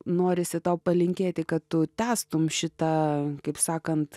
norisi tau palinkėti kad tu tęstum šitą kaip sakant